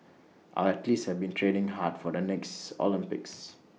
our athletes have been training hard for the next Olympics